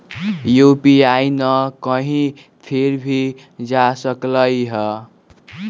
UPI न हई फिर भी जा सकलई ह?